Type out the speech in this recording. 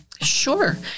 Sure